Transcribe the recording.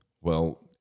Well-